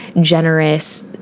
generous